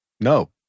No